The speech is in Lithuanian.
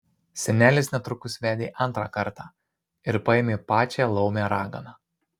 senelis netrukus vedė antrą kartą ir paėmė pačią laumę raganą